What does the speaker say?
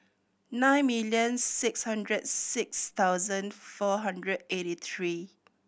nine million six hundred six thousand four hundred eighty three